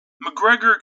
mcgregor